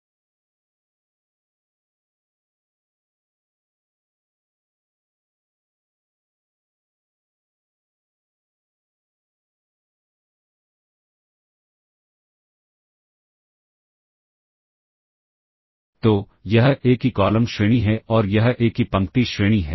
तो यह ए की कॉलम श्रेणी है और यह ए की पंक्ति श्रेणी है